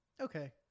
okay